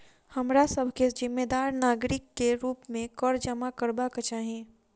हमरा सभ के जिम्मेदार नागरिक के रूप में कर जमा करबाक चाही